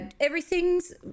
everything's